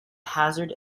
hazard